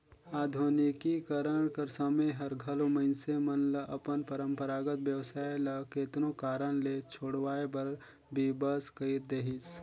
आधुनिकीकरन कर समें हर घलो मइनसे मन ल अपन परंपरागत बेवसाय ल केतनो कारन ले छोंड़वाए बर बिबस कइर देहिस